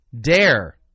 dare